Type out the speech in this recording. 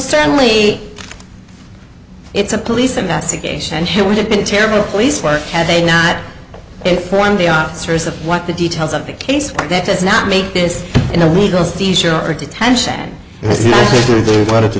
certainly it's a police investigation and he would have been a terrible police work had they not it formed the officers of what the details of the case that does not make this in a legal seizure or detention because he wanted to